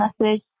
message